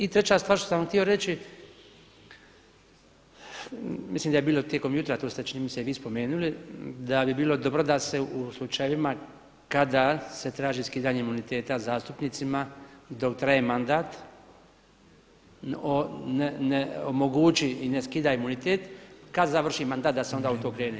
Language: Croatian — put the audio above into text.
I treća stvar što sam vam htio reći, mislim da je bilo tijekom jutra a to ste čini mi se i vi spomenuli, da bi bilo dobro da se u slučajevima kada se traži skidanje imuniteta zastupnicima dok traje mandat ne omogući i ne skida imunitet, kada završi mandat da se onda u to krene.